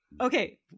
okay